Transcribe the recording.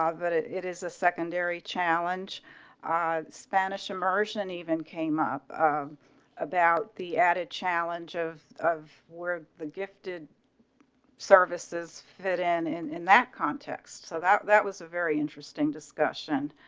um it it is a secondary challenge. ah spanish immersion, and even came up of about the added challenge of of where the gifted services fit in and in that context, so that that was a very interesting discussion